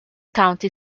county